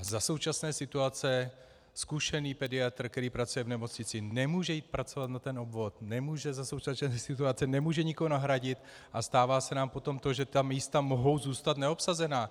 A za současné situace zkušený pediatr, který pracuje v nemocnici, nemůže jít pracovat na obvod, nemůže za současné situace nikoho nahradit a stává se nám potom to, že ta místa mohou zůstat neobsazená.